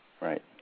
Right